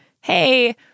hey